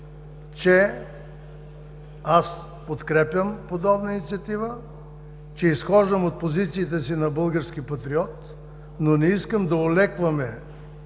че подкрепям подобна инициатива, че изхождам от позициите си на български патриот, но не искам да олекваме